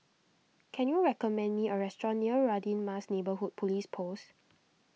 can you recommend me a restaurant near Radin Mas Neighbourhood Police Post